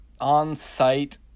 on-site